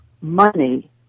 money